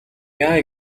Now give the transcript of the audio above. яая